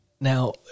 Now